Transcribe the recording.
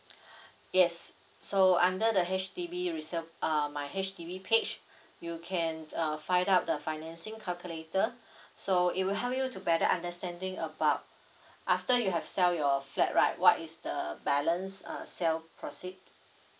yes so under the H_D_B resale uh my H_D_B page you can uh find up the financing calculator so it will help you to better understanding about after you have sell your flat right what is the balance uh sale proceed